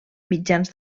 mitjans